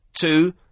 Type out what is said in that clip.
two